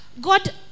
God